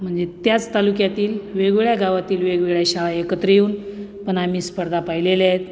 म्हणजे त्याच तालुक्यातील वेगवेगळ्या गावातील वेगवेगळ्या शाळा एकत्र येऊन पण आम्ही स्पर्धा पाहिलेल्या आहेत